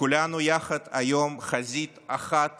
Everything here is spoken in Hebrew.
כולנו יחד היום, חזית אחת